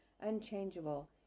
unchangeable